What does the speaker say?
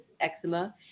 eczema